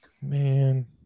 Man